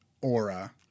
aura